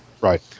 Right